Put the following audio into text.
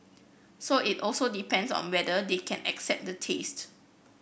so it also depends on whether they can accept the taste